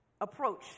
approach